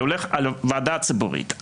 והולך על ועדה ציבורית,